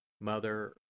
Mother